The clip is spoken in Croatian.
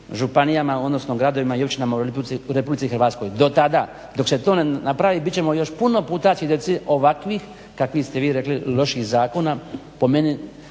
županijama odnosno gradovima i općinama u RH. do tada dok se to ne napravi bit ćemo još puno puta svjedoci ovakvih kakvih ste vi rekli loših zakona po meni